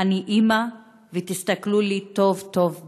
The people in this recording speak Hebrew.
אני אימא ותסתכלו לי טוב טוב בעיניים.